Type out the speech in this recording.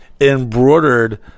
embroidered